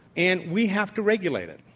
and we have to regulate it.